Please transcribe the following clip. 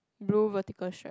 blue vertical shirt